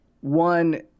one